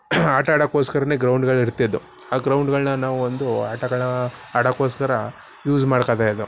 ಆಟ ಆಡೋಕೋಸ್ಕರನೇ ಗ್ರೌಂಡ್ಗಳಿರ್ತಿದ್ದೋ ಆ ಗ್ರೌಂಡ್ಗಳನ್ನ ನಾವೊಂದು ಆಟಗಳು ಆಡೋಕ್ಕೋಸ್ಕರ ಯೂಸ್ ಮಾಡ್ಕೊಳ್ತಾಯಿದ್ದೋ